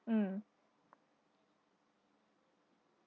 mm